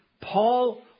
Paul